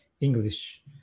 English